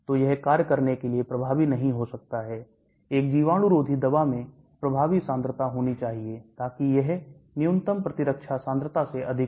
तो यह कार्य करने के लिए प्रभावी नहीं हो सकता है एक जीवाणुरोधी दवा में प्रभावी सांद्रता होनी चाहिए ताकि यह न्यूनतम प्रतिरक्षा सांद्रता से अधिक हो